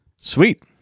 Sweet